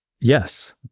Yes